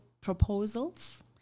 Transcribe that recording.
proposals